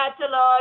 catalog